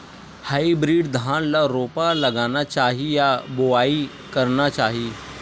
Hybrid धान ल रोपा लगाना चाही या बोआई करना चाही?